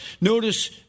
Notice